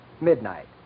midnight